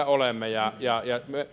olemme ja ja